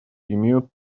имеют